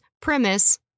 premise